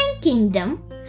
kingdom